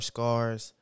Scars